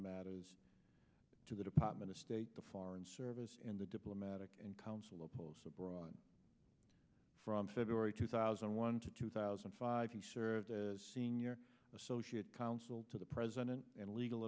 matters to the department of state the foreign service and the diplomatic and consular posts abroad from february two thousand and one to two thousand five hundred served as senior associate counsel to the president and legal